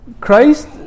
Christ